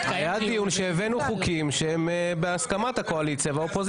התקיים דיון --- היה דיון והבאנו חוקים בהסכמת הקואליציה והאופוזיציה,